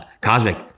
Cosmic